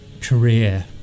career